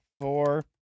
Four